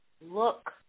look